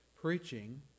preaching